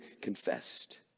confessed